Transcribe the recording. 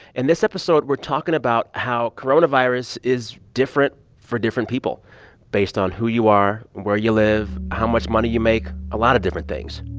in this episode, we're talking about how coronavirus is different for different people based on who you are, where you live, how much money you make, a lot of different things